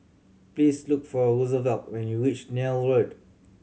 please look for Rosevelt when you reach Neil Road